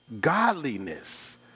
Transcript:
godliness